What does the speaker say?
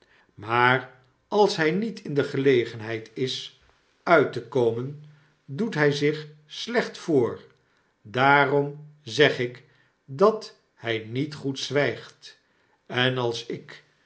maar als hij niet in de gelegenheid is uit te komen doet hij zich slecht voor daarom zeg ik dat htj niet goed zwygt en als ik